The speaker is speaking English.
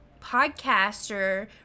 podcaster